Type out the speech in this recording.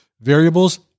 variables